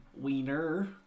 Wiener